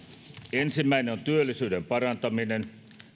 ensimmäinen on työllisyyden parantaminen